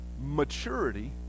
Maturity